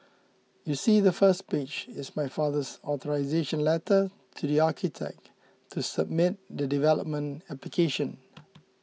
you see the first page is my father's authorisation letter to the architect to submit the development application